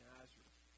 Nazareth